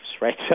right